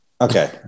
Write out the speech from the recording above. okay